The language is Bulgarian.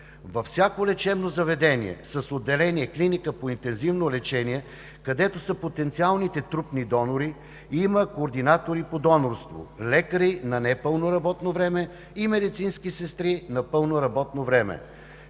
Във всяко лечебно заведение с отделение „Клиника по интензивно лечение“, където са потенциалните трупни донори, има координатори по донорство – лекари на непълно време и медицински сестри на пълно работно време.